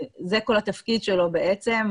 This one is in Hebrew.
זה כל התפקיד שלו בעצם,